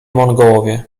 mongołowie